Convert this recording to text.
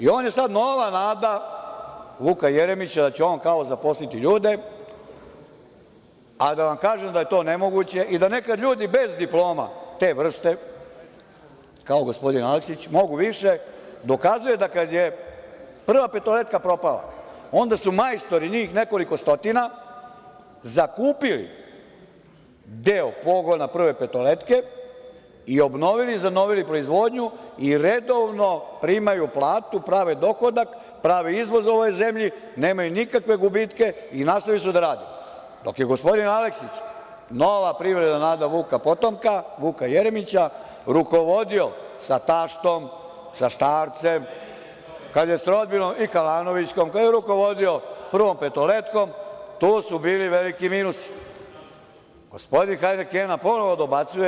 On je sad nova nada Vuka Jeremića, da će on, kao, zaposliti ljude, a da vam kaže da je to nemoguće i da nekad ljudi bez diploma te vrste, kao gospodin Aleksić, mogu više, dokazuje da kad je „Prva petoletka“ propala, onda su majstori, njih nekoliko stotina, zakupili deo pogona „Prve petoletke“ i obnovili, zanovili proizvodnju i redovno primaju platu, prave dohodak, prave izvoz ovoj zemlji, nemaju nikakve gubitke i nastavili su da rade, dok je gospodin Aleksić, nova privredna nada Vuka potomka, Vuka Jeremića, rukovodio sa taštom, sa starcem, sa rodbinom i Kalanovićkom, kada je rukovodio „Prvom petoletkom“, tu su bili veliki minusi. (Radoslav Milojičić: Poslovnik.) Gospodin „hajnekena“ ponovo dobacuje.